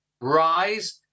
rise